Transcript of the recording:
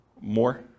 More